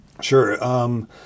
Sure